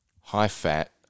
high-fat